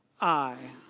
i.